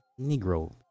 Negro